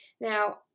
Now